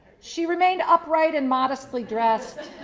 she remained upright and modestly dressed